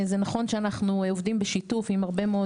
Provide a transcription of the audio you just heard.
זה נכון שאנחנו עובדים בשיתוף עם הרבה מאוד